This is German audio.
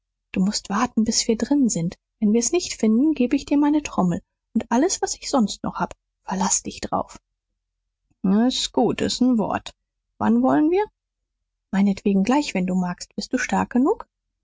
du mußt warten bis wir drin sind wenn wir's nicht finden geb ich dir meine trommel und alles was ich sonst noch hab verlaß dich drauf s ist gut ist n wort wann wolln wir meinetwegen gleich wenn du magst bist du stark genug